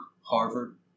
Harvard